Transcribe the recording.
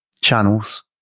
channels